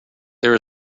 there